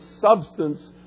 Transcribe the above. substance